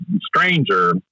stranger